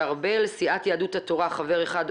הסעיף הבא: קביעת הרכב הוועדה המיוחדת.